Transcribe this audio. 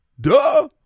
Duh